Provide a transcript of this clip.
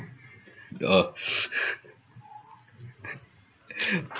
orh